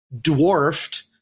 dwarfed